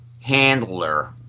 handler